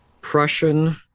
Prussian